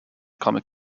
comic